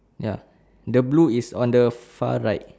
ya the blue is on the far right